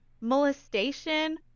molestation